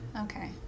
Okay